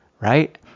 right